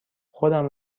خودم